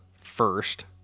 first